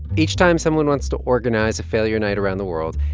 each time someone wants to organize a failure night around the world,